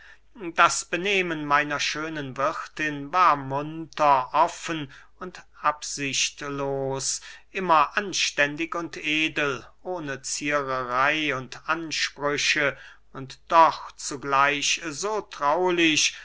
das benehmen meiner schönen wirthin war munter offen und absichtlos immer anständig und edel ohne ziererey und ansprüche und doch zugleich so traulich